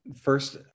first